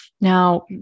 Now